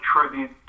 tribute